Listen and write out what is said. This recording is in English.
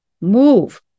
move